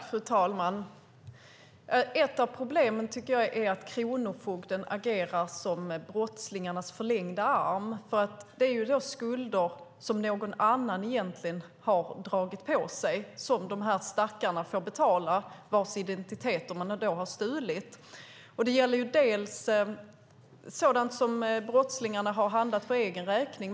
Fru talman! Ett av problemen är att kronofogden agerar som brottslingarnas förlängda arm. Det är fråga om skulder som egentligen någon annan har dragit på sig som dessa stackare vilkas identiteter man har stulit får betala. Det gäller sådant som brottslingarna har handlat för egen räkning.